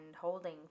holding